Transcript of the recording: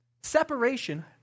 Separation